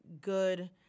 good